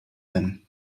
them